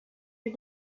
you